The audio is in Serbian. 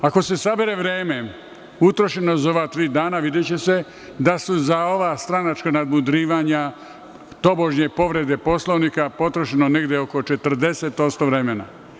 Ako se sabere vreme utrošeno za ova tri dana, videće se da su za ova stranačka nadmudrivanja, tobože povrede Poslovnika, potrošeno oko 40% vremena.